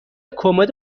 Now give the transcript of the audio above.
کمد